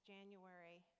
January